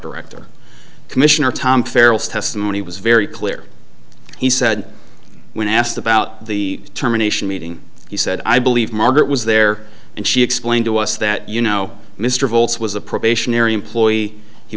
director commissioner tom ferals testimony was very clear he said when asked about the terminations meeting he said i believe margaret was there and she explained to us that you know mr voltz was a probationary employee he